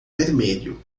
vermelho